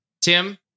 Tim